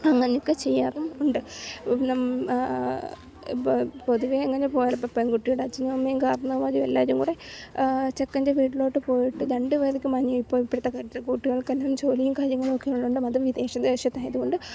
അങ്ങനെയൊക്കെ ചെയ്യാറുമുണ്ട് നമ്മൾ പൊതുവെ അങ്ങനെ പോയാലും ഇപ്പം പെൺകുട്ടിയുടെ അച്ഛനും അമ്മയും കാരണവന്മാരും എല്ലാരുംകൂടെ ചെക്കൻ്റെ വീട്ടിലോട്ട് പോയിട്ട് രണ്ട് പേർക്കും ഇപ്പോഴത്തെ കുട്ടികൾക്കെല്ലാം ജോലിയും കാര്യങ്ങളും ഒക്കെ ഉള്ളതുകൊണ്ട് അതും വിദേശ ദേശത്ത് ആയതുകൊണ്ട്